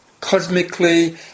cosmically